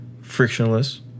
Frictionless